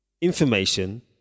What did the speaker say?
Information